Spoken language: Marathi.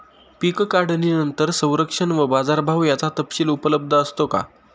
पीक काढणीनंतर संरक्षण व बाजारभाव याचा तपशील उपलब्ध असतो का?